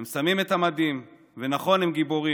הם לובשים את המדים, ונכון, הם גיבורים,